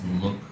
look